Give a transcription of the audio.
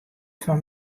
fan